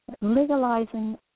legalizing